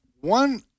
one